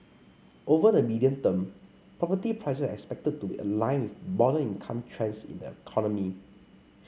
over the medium term property prices are expected to be aligned with broader income trends in the economy